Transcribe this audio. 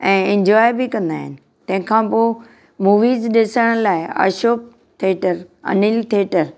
ऐं इंजोय बि कंदा आहिनि तंहिं खां पोइ मूवीस ॾिसण लाइ अशोक थेटर अनिल थेटर